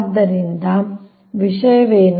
ಆದ್ದರಿಂದ ಇದು ವಿಷಯವಾಗಿದೆ